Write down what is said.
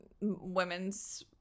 women's